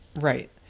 Right